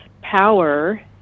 power